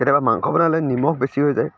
কেতিয়াবা মাংস বনালে নিমখ বেছি হৈ যায়